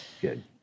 good